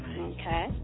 Okay